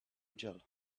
gel